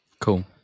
Cool